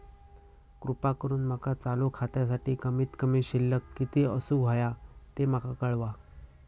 कृपा करून माका चालू खात्यासाठी कमित कमी शिल्लक किती असूक होया ते माका कळवा